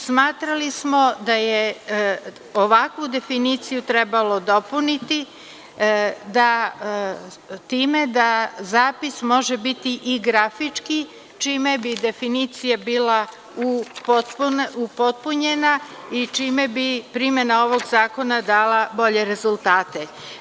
Smatrali smo da je ovakvu definiciju trebalo dopuniti time da zapis može biti i grafički čime bi definicija bila upotpunjena i čime primena ovog zakona dala bolje rezultate.